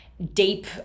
deep